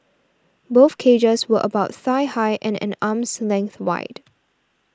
both cages were about thigh high and an arm's length wide